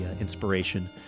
inspiration